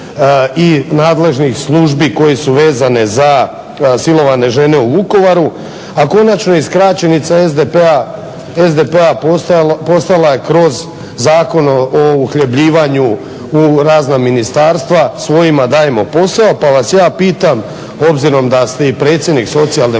i nadležnih službi koje su vezane za silovane žene u Vukovaru, a konačno i skraćenica SDP-a postala je kroz zakon o uhljebljivanju u razna ministarstva svojima dajemo posao. Pa vas ja pitam obzirom da ste i predsjednik